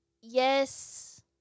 Yes